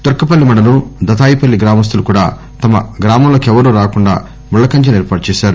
తుర్కపల్లి మండలం దతాయిపల్లి గ్రామస్తులు కూడా తమ గ్రామంలోకెవ్వరూ రాకుండా ముళ్లకంచెను ఏర్పాటు చేశారు